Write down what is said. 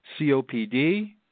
COPD